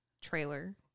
trailer